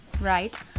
right